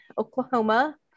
Oklahoma